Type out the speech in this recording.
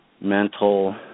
mental